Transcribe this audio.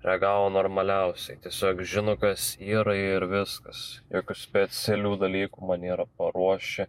reagavo normaliausiai tiesiog žino kas yra ir viskas jokių specialių dalykų man nėra paruošę